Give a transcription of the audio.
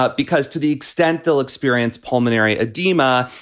but because to the extent they'll experience pulmonary edema,